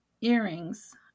earrings